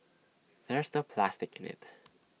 there's no plastic in IT